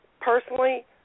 Personally